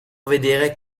vedere